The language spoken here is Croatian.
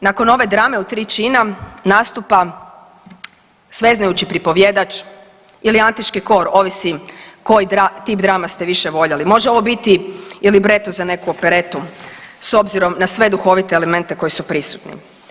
I sada nakon ove drame u tri čina nastupa sveznajući pripovjedač ili antički kor ovisi koji tip drama ste više voljeli, može ovo biti i libreto za neku operetu s obzirom na sve duhovite elemente koji su prisutni.